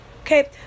Okay